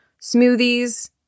smoothies